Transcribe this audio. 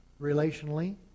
relationally